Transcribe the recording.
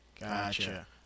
Gotcha